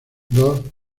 dos